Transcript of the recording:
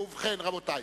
ובכן, רבותי,